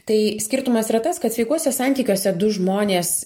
tai skirtumas yra tas kad sveikuose santykiuose du žmonės